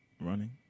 running